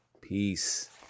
Peace